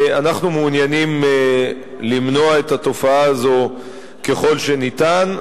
אנחנו מעוניינים למנוע את התופעה הזאת ככל שניתן.